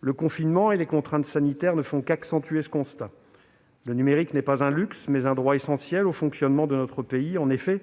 Le confinement et les contraintes sanitaires ne font qu'accentuer ce constat. Le numérique n'est pas un luxe. C'est un droit essentiel au fonctionnement de notre pays. En effet,